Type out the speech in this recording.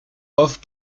off